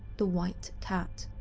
the white cat.